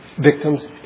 victims